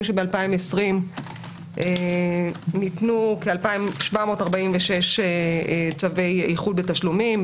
שב-2020 ניתנו כ-2,746 צווי איחוד בתשלומים,